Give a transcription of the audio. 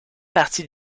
partie